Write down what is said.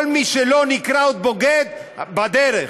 כל מי שלא נקרא עוד בוגד, בדרך.